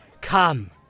come